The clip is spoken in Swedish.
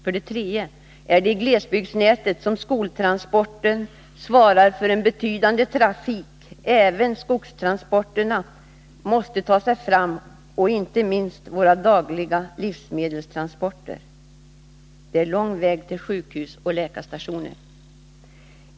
För det tredje är det i glesbygdsnätet som skoltransporten svarar för en betydande trafik. Även skogstransporterna och inte minst våra dagliga Hå livsmedelstransporter måste ta sig fram. Det är lång väg till sjukhus och läkarstationer.